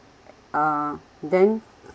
uh then